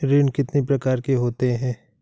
ऋण कितनी प्रकार के होते हैं?